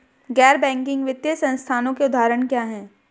गैर बैंक वित्तीय संस्थानों के उदाहरण क्या हैं?